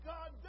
God